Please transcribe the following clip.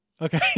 okay